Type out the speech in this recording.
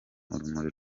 urumuri